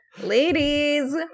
Ladies